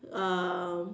um